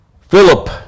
Philip